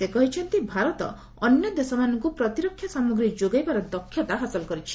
ସେ କହିଛନ୍ତି ଭାରତ ଅନ୍ୟ ଦେଶମାନଙ୍କୁ ପ୍ରତିରକ୍ଷା ସାମଗ୍ରୀ ଯୋଗାଇବାର କ୍ଷମତା ରଖୁଛି